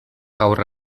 gaur